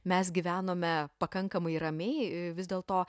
mes gyvenome pakankamai ramiai vis dėl to